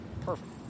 Perfect